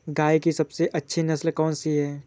गाय की सबसे अच्छी नस्ल कौनसी है?